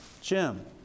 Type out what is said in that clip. Jim